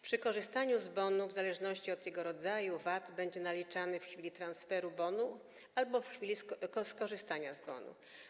Przy korzystaniu z bonu w zależności od jego rodzaju VAT będzie naliczany w chwili transferu bonu albo w chwili skorzystania z bonu.